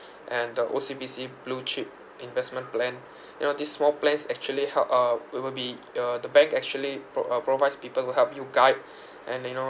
and the O_C_B_C blue chip investment plan you know these small plans actually help uh will will be uh the bank actually pro~ uh provides people will help you guide and you know